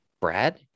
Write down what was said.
Brad